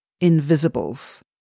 invisibles